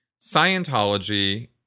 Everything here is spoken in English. Scientology